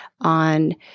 on